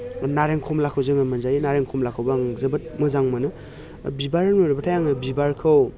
नारें खमलाखौ जोङो मोनजायो नारें खमलाखौबो आं जोबोद मोजां मोनो बिबार होनोब्लाथाय आं बिबारखौ